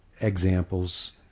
examples